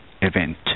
event